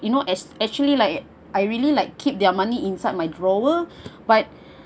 you know as actually like I really like keep their money inside my drawer but